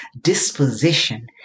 disposition